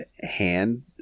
hand